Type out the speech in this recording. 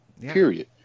Period